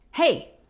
Hey